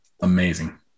amazing